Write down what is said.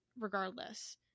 regardless